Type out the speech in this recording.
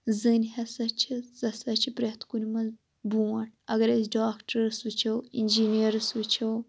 زٔنۍ ہَسا چھِ سۄ ہسا چھِ پرٛٮ۪تھ کُنہِ منٛز بونٛٹھ اَگَر أسۍ ڈاکٹٲرٕس وچھو اِنجینیٲرٕس وُچھو